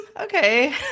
okay